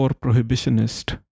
prohibitionist